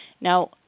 Now